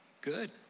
Good